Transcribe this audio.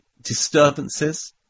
disturbances